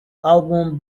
album